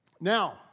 Now